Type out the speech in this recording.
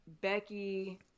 Becky